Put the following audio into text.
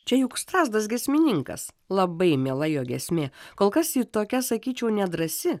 čia juk strazdas giesmininkas labai miela jo giesmė kol kas ji tokia sakyčiau nedrąsi